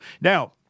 Now